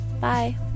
Bye